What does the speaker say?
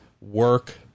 work